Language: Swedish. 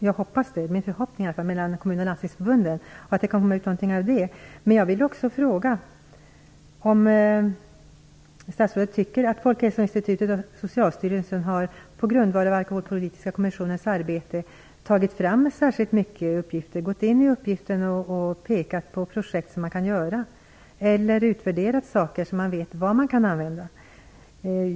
Jag hoppas att samarbetet mellan Kommunförbundet och Landstingsförbundet kommer till stånd och att någonting kan komma ut av det. Socialstyrelsen på grundval av Alkoholpolitiska kommissionens arbete tagit fram särskilt mycket uppgifter och gått in i uppgifterna och pekat på projekt som kan göras eller utvärderat saker så att man vet vad som kan användas?